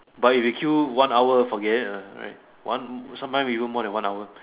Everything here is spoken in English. but if it queue one hour forget it right one sometimes even more than one hour